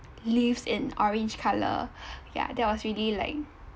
leaves in orange colour ya that was really like